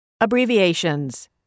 Abbreviations